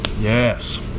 Yes